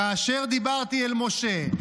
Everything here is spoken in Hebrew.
כאשר דִברתי אל משה.